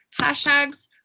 hashtags